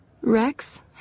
Rex